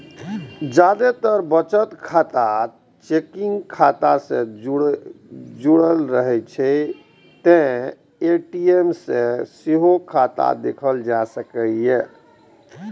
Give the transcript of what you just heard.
जादेतर बचत खाता चेकिंग खाता सं जुड़ रहै छै, तें ए.टी.एम सं सेहो खाता देखल जा सकैए